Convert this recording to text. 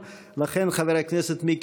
חבר הכנסת אבי ניסנקורן,